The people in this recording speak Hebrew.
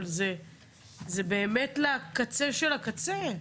אבל זה באמת לקצה של הקצה,